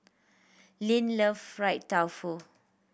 Len love fried tofu